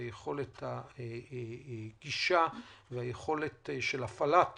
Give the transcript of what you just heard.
והגישה ליכולת של הפעלת